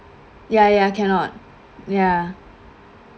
ya ya cannot ya